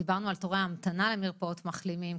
דיברנו על תורי ההמתנה למרפאות מחלימים,